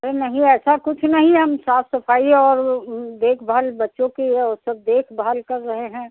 अरे नहीं ऐसा कुछ नहीं है हम साफ सफाई और देखभाल बच्चों की सब देखभाल कर रहे हैं